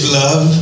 love